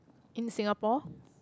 in Singapore